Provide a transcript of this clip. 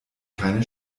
keine